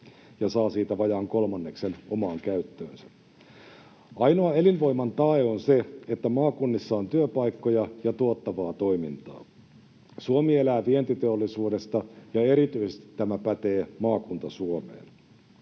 ja saa siitä vajaan kolmanneksen omaan käyttöönsä. Ainoa elinvoiman tae on se, että maakunnissa on työpaikkoja ja tuottavaa toimintaa. Suomi elää vientiteollisuudesta, ja erityisesti tämä pätee Maakunta-Suomeen.